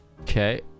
Okay